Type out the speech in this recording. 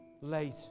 late